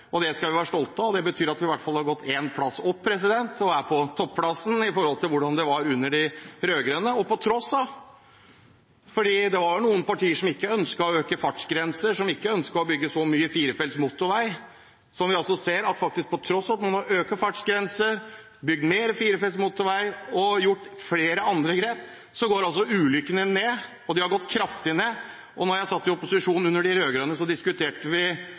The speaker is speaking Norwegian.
Det skal vi være stolte av, og det betyr at vi i hvert fall har gått en plass opp og er på topplassen i forhold til hvordan det var under de rød-grønne. Og det er på tross av, for det var noen partier som ikke ønsket å øke fartsgrenser, som ikke ønsket å bygge så mye firefelts motorvei. Vi ser jo at på tross av at man har økt fartsgrensene, bygd mer firefelts motorvei og gjort flere andre grep, går antall ulykker ned, og de har gått kraftig ned. Da jeg satt i opposisjon under de rød-grønne, diskuterte vi